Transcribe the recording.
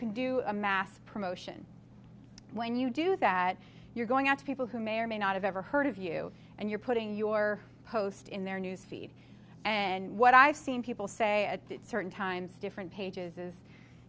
can do a mass promotion when you do that you're going out to people who may or may not have ever heard of you and you're putting your post in their news feed and what i've seen people say at certain times different pages